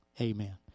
Amen